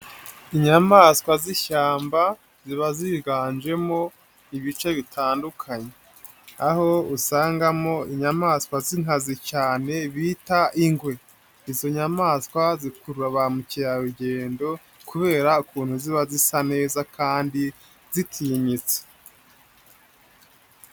Inyamaswa z'ishyamba, ziba ziganjemo ibice bitandukanye, aho usangamo inyamaswa z'inkazi cyane bita ingwe. Izo nyamaswa zikurura ba mukerarugendo kubera ukuntu ziba zisa neza kandi zitinyitse.